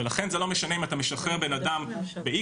ולכן זה לא משנה אם אתה משחרר בן אדם באיקס